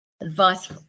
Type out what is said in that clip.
Advice